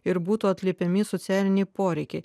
ir būtų atliepiami socialiniai poreikiai